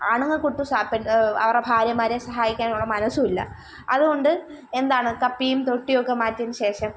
ആണുങ്ങൾക്ക് ഒട്ടും സ പെ അവരുടെ ഭാര്യമാരെ സഹായിക്കാനുള്ള മനസ്സില്ല അതുകൊണ്ട് എന്താണ് കപ്പിയും തൊട്ടിയൊക്കെ മാറ്റിയതിനു ശേഷം